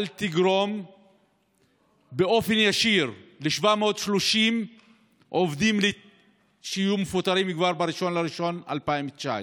אל תגרום באופן ישיר לפיטורים של 730 עובדים כבר ב-1 בינואר 2020,